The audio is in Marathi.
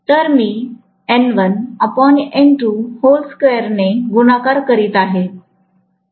तर मीने गुणाकार करीत आहे